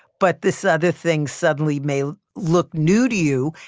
but this other thing suddenly may look new to you.